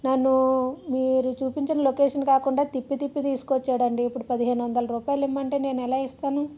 నేను మీరు చూపించిన లొకేషన్ కాకుండా తిప్పి తిప్పి తీసుకొచ్చాడండి ఇప్పుడు పదిహేనువందల రూపాయలు ఇమ్మంటే నేను ఎలా ఇస్తాను